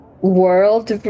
World